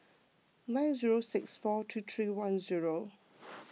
nine zero six four three three one zero